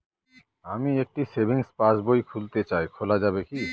আমি একটি সেভিংস পাসবই খুলতে চাই খোলা যাবে কি?